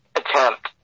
attempt